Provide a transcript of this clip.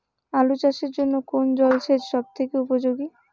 আলু চাষের জন্য কোন জল সেচ সব থেকে উপযোগী?